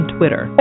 Twitter